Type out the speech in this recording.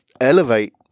elevate